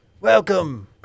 Welcome